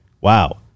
Wow